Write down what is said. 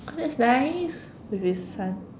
oh that's nice with his son